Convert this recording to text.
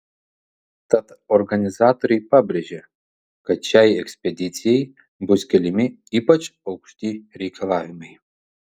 tad organizatoriai pabrėžia kad šiai ekspedicijai bus keliami ypač aukšti reikalavimai